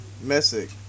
Messick